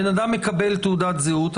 בן אדם מקבל תעודת זהות,